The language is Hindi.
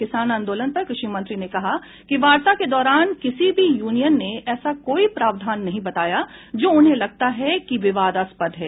किसान आंदोलन पर कृषि मंत्री ने कहा कि वार्ता के दौरान किसी भी यूनियन ने ऐसा कोई प्रावधान नहीं बताया जो उन्हें लगता है कि विवादास्पद है